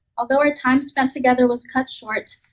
although our time spent together was cut short,